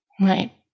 Right